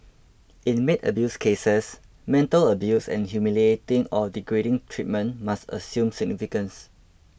in maid abuse cases mental abuse and humiliating or degrading treatment must assume significance